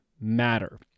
matter